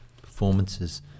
performances